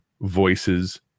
voices